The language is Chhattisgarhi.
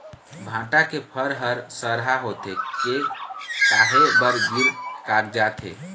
भांटा के फर हर सरहा होथे के काहे बर गिर कागजात हे?